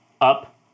up